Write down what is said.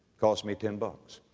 cost me ten bucks.